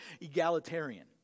egalitarian